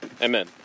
Amen